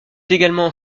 également